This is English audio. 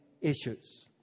issues